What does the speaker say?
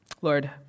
Lord